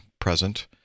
present